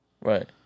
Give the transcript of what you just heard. right